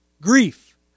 grief